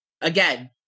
again